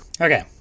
Okay